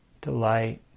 delight